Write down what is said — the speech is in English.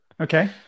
Okay